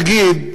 אפשר להגיד,